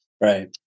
right